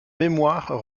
mémoires